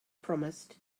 promised